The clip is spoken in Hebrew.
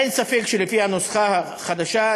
אין ספק שלפי הנוסחה החדשה,